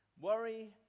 Worry